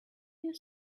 you